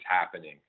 happening